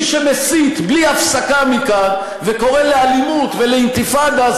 מי שמסית בלי הפסקה מכאן וקורא לאלימות ולאינתיפאדה,